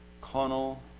Connell